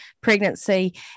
pregnancy